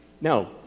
No